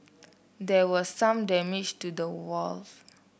there was some damage to the valve